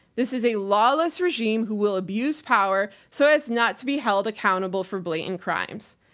this is a lawless regime who will abuse power so as not to be held accountable for blatant crimes.